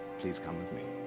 please come with me.